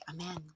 Amen